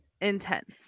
Intense